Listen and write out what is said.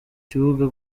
kibuga